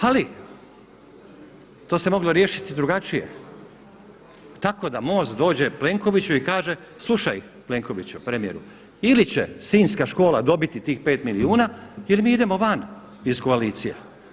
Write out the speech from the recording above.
Ali to se moglo riješiti drugačije tako da MOST dođe Plenkoviću i kaže: Slušaj, Plenkoviću, premijeru, ili će sinjska škola dobiti tih 5 milijuna ili mi idemo van iz koalicije.